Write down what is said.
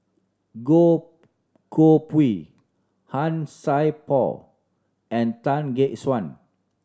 Goh Koh Pui Han Sai Por and Tan Gek Suan